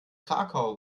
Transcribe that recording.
krakau